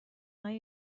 های